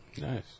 Nice